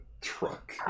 truck